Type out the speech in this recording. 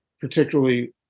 particularly